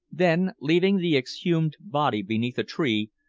then, leaving the exhumed body beneath a tree,